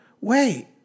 wait